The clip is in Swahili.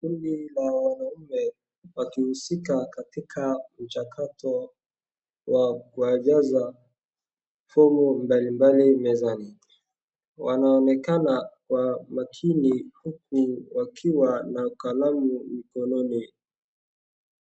Kundi la wanaume wakihusika katika mchakato wa kujaza fomu mbalimbali mezani wanaonekana wa makini huku wakiwa na kalamu mkononi.